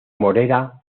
morera